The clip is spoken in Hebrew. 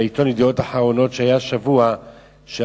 שהיה השבוע בעיתון "ידיעות אחרונות",